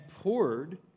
poured